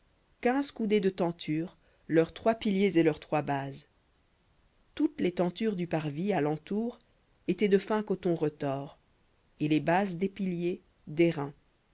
quinze coudées de tentures leurs trois piliers et leurs trois bases toutes les tentures du parvis à l'entour étaient de fin coton retors et les bases des piliers d'airain